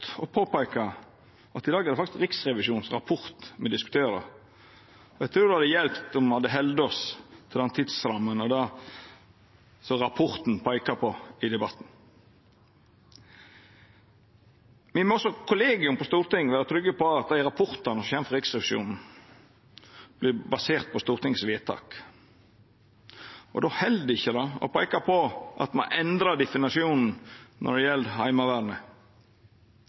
peika på at i dag er det faktisk Riksrevisjonens rapport me diskuterer. Eg trur det hadde hjelpt om me hadde halde oss til den tidsramma og det rapporten peikar på, i debatten. Me må, som kollegium på Stortinget, vera trygge på at dei rapportane som kjem frå Riksrevisjonen, er baserte på Stortingets vedtak, og då held det ikkje å peika på at me har endra definisjonen når det gjeld